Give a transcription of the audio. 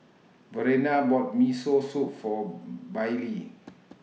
Verena bought Miso Soup For Baylie